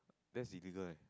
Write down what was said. that's illegal eh